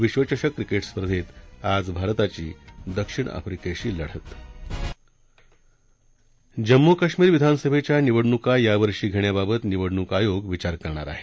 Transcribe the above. विश्वचषक क्रिकेट स्पर्धेत आज भारताची दक्षिण आफ्रीकेशी लढत जम्मू कश्मीर विधानसभेच्या निवडणुका यावर्षी घेण्याबाबत निवडणूक आयोग विचार करणार आहे